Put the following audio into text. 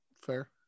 Fair